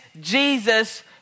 Jesus